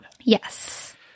Yes